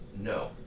No